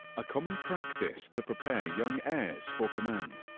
a common practice to prepare young heirs for command.